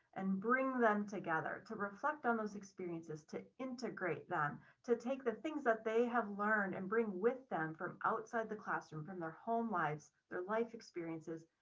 and bring them together to reflect on those experiences to integrate them to take the things that they have learned and bring with them from outside the classroom, from their home lives, their life experiences,